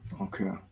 Okay